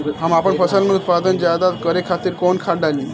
हम आपन फसल में उत्पादन ज्यदा करे खातिर कौन खाद डाली?